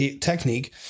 technique